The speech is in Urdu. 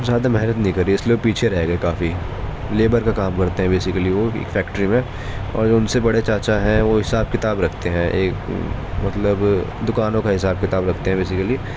زیادہ محنت نہیں کری اس لیے پیچھے رہ گئے کافی لیبر کا کام کرتے ہیں بیسکلی وہ ایک فیکٹری میں اور ان سے بڑے چاچا ہیں وہ حساب کتاب رکھتے ہیں ایک مطلب دکانوں کا حساب کتاب رکھتے ہیں بیسکلی